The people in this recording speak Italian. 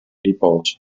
riposo